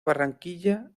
barranquilla